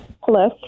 Hello